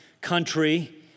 country